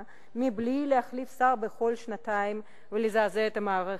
בלי להחליף שר בכל שנתיים ולזעזע את המערכת.